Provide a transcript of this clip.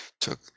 took